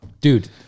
Dude